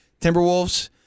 Timberwolves